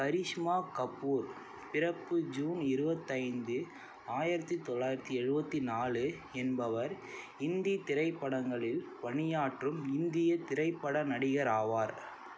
கரிஷ்மா கபூர் பிறப்பு ஜூன் இருபத்தைந்து ஆயிரத்து தொள்ளாயிரத்தி எழுபத்தி நாலு என்பவர் இந்தித் திரைப்படங்களில் பணியாற்றும் இந்தியத் திரைப்பட நடிகர் ஆவார்